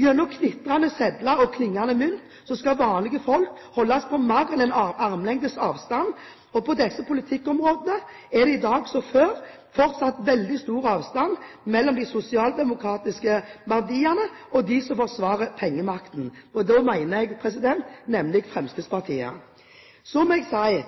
Gjennom knitrende sedler og klingende mynt skal vanlige folk holdes på mer enn en armlengdes avstand. På disse politikkområdene er det i dag, som før, fortsatt veldig stor avstand mellom de sosialdemokratiske verdiene og dem som forsvarer pengemakten. Og da mener jeg Fremskrittspartiet. Så må jeg si